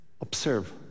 observe